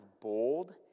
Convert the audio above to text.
bold